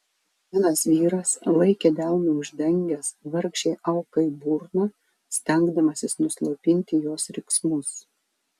vienas vyras laikė delnu uždengęs vargšei aukai burną stengdamasis nuslopinti jos riksmus